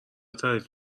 تعریف